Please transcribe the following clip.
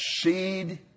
seed